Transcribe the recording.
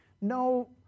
No